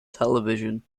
television